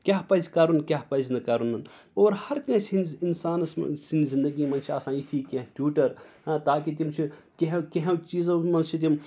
کیٛاہ پَزِ کَرُن کیٛاہ پَزِ نہٕ کَرنُن اور ہر کٲنٛسہِ ہِنٛز اِنسانَس منٛز سٕنٛدۍ زِندگی منٛز چھِ آسان یِتھی کیٚنٛہہ ٹیوٗٹَر تاکہِ تِم چھِ کیٚنٛہہ ہو کیٚنٛہہ ہو چیٖزو منٛز چھِ تِم